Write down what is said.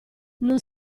non